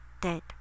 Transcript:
Dead